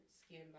Skin